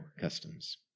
customs